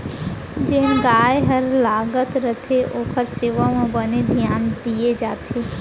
जेन गाय हर लागत रथे ओकर सेवा म बने धियान दिये जाथे